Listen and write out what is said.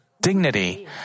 dignity